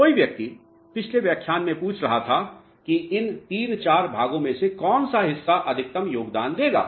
कोई व्यक्ति पिछले व्याख्यान में पूछ रहा था कि इन तीन चार भागों में से कोनसा हिस्सा अधिकतम योगदान देगा